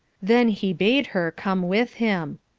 then he bade her come with him.